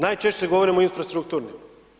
Najčešće govorimo o infrastrukturnim.